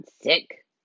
sick